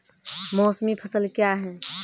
मौसमी फसल क्या हैं?